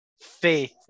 faith